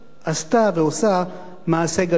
עשתה ועושה מעשה גדול.